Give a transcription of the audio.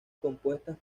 compuestas